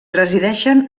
resideixen